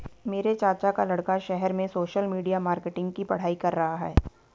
मेरे चाचा का लड़का शहर में सोशल मीडिया मार्केटिंग की पढ़ाई कर रहा है